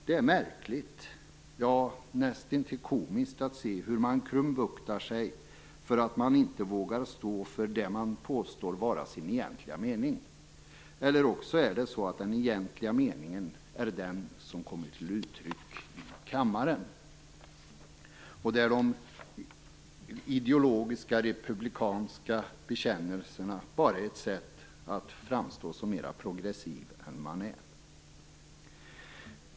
Det är märkligt och nästintill komiskt att se hur man krumbuktar sig för att man inte vågar stå för det man påstår vara sin egentliga mening. Eller också är det så att den egentliga meningen är den som kommer till uttryck i kammaren, och de ideologiska republikanska bekännelserna är bara ett sätt att framstå som mer progressiv än vad man är.